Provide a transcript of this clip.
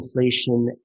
inflation